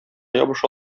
ябыша